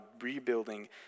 rebuilding